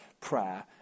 prayer